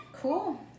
Cool